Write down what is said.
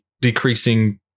decreasing